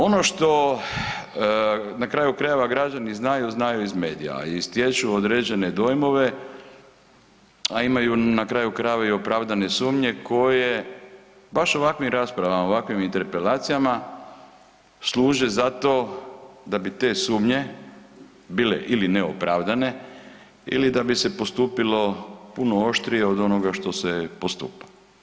Ono što na kraju krajeva znaju, znaju iz medija i stječu određene dojmove, a imaju na kraju krajeva i opravdane sumnje koje baš u ovakvim raspravama ovakvim interpelacijama služe za to da bi te sumnje bile neopravdane ili da bi se postupilo puno oštrije od onoga što se postupa.